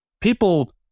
people